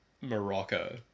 Morocco